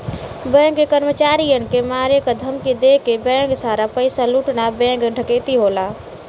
bank के कर्मचारियन के मारे क धमकी देके बैंक सारा पइसा लूटना बैंक डकैती हौ